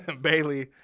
Bailey